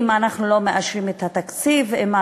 אם אנחנו לא היינו מאשרים את התקציב ולא